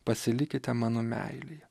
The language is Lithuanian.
pasilikite mano meilėje